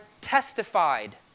testified